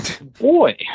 Boy